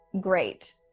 great